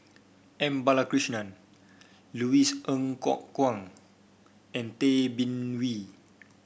M Balakrishnan Louis Ng Kok Kwang and Tay Bin Wee